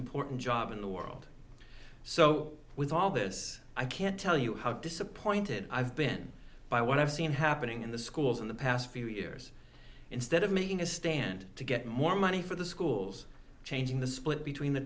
important job in the world so with all this i can't tell you how disappointed i've been by what i've seen happening in the schools in the past few years instead of making a stand to get more money for the schools changing the split between the